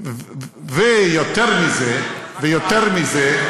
ויותר מזה,